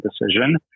decision